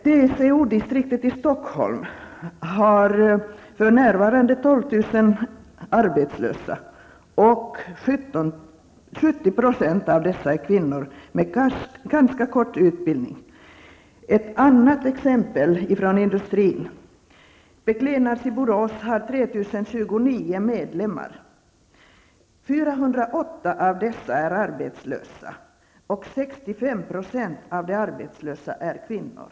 TCO-distriktet i Stockholm har för närvarande 12 000 arbetslösa, och 70 % av dessa är kvinnor med ganska kort utbildning. Låt mig ge ett annat exempel från industrin. Beklädnads i Borås har 3 029 medlemmar. 408 av dem är arbetslösa, och 65 % av dessa är kvinnor.